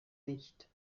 nicht